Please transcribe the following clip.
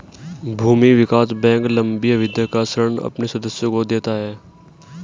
भूमि विकास बैंक लम्बी अवधि का ऋण अपने सदस्यों को देता है